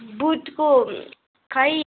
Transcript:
बुटको खै